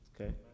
okay